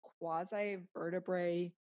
quasi-vertebrae